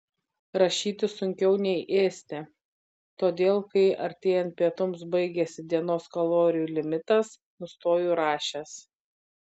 rašyti sunkiau nei ėsti todėl kai artėjant pietums baigiasi dienos kalorijų limitas nustoju rašęs